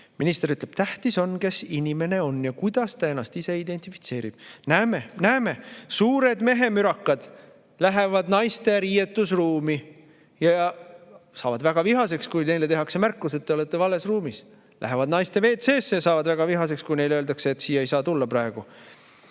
Minister ütleb, et tähtis on, kes inimene on ja kuidas ta ise ennast identifitseerib. Näeme, näeme! Suured mehemürakad lähevad naiste riietusruumi ja saavad väga vihaseks, kui neile tehakse märkus, et nad on vales ruumis. Lähevad naiste WC-sse ja saavad väga vihaseks, kui neile öeldakse, et siia ei saa tulla praegu.